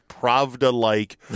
Pravda-like